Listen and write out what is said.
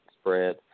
spread